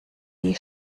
die